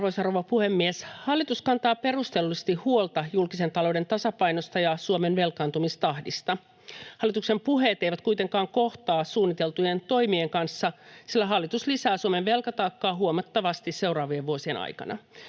Arvoisa rouva puhemies! Hallitus kantaa perustellusti huolta julkisen talouden tasapainosta ja Suomen velkaantumistahdista. Hallituksen puheet eivät kuitenkaan kohtaa suunniteltujen toimien kanssa, sillä hallitus lisää Suomen velkataakkaa huomattavasti seuraavien vuosien aikana.